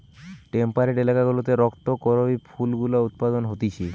temperate এলাকা গুলাতে রক্ত করবি ফুল গুলা উৎপাদন হতিছে